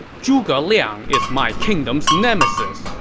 zhuge liang is my kingdom's nemesis!